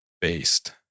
based